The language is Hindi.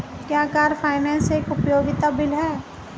क्या कार फाइनेंस एक उपयोगिता बिल है?